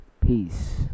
Peace